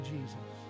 Jesus